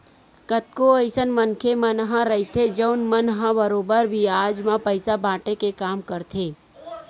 कतको अइसन मनखे मन ह रहिथे जउन मन ह बरोबर बियाज म पइसा बाटे के काम करथे